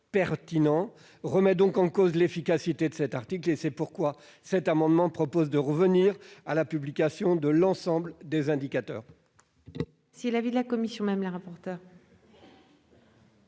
pertinents remet donc en cause l'efficacité de ces dispositions. C'est pourquoi nous proposons de revenir à la publication de l'ensemble des indicateurs.